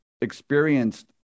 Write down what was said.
experienced